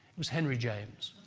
was henry james.